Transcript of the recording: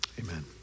Amen